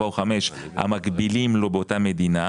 4 או 5 המקבילים לו באותה מדינה,